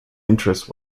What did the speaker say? interest